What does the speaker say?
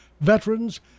Veterans